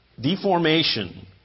deformation